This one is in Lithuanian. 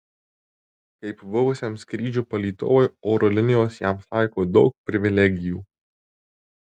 kaip buvusiam skrydžių palydovui oro linijos jam taiko daug privilegijų